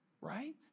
Right